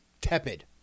tepid